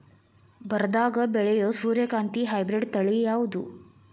ಬರದಾಗ ಬೆಳೆಯೋ ಸೂರ್ಯಕಾಂತಿ ಹೈಬ್ರಿಡ್ ತಳಿ ಯಾವುದು?